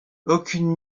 aucune